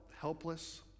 helpless